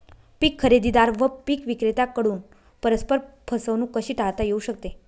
पीक खरेदीदार व पीक विक्रेत्यांकडून परस्पर फसवणूक कशी टाळता येऊ शकते?